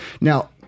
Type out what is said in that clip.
now